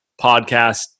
podcast